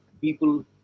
people